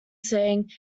saying